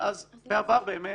אז בעבר באמת